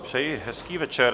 Přeji hezký večer.